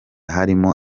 harimo